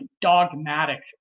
dogmatic